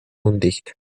undicht